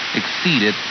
exceeded